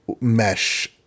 mesh